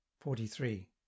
Forty-three